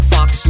Fox